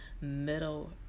Middle